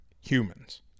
humans